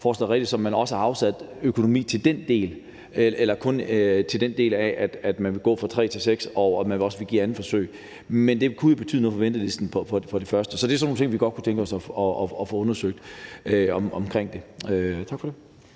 forslag rigtigt, og om man også har afsat økonomi til den del eller kun til den del med, at man vil gå fra tre til seks, altså om man også vil give det andet forsøg. Men det kunne jo betyde noget for ventelisten for de første. Så det er sådan nogle ting, vi godt kunne tænke os at få undersøgt. Tak for det.